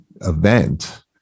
event